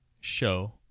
show